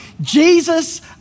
Jesus